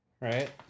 Right